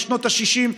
משנות השישים,